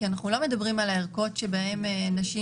כי אנחנו לא מדברים על הערכות שבהן נשים